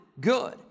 good